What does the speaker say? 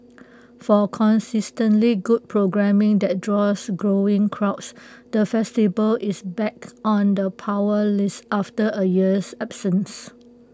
for consistently good programming that draws growing crowds the festival is back on the power list after A year's absence